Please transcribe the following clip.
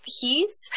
peace